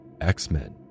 X-Men